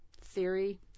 theory